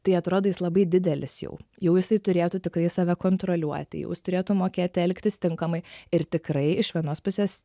tai atrodo jis labai didelis jau jau jisai turėtų tikrai save kontroliuoti jau jis turėtų mokėti elgtis tinkamai ir tikrai iš vienos pusės